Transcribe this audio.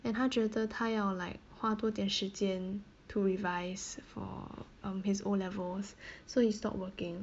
and 他觉得他要 like 花多点时间 to revise for um his O-levels so he stopped working